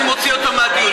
אני מוציא אותו מהדיון.